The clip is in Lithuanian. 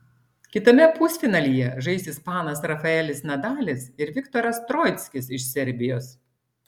kitame pusfinalyje žais ispanas rafaelis nadalis ir viktoras troickis iš serbijos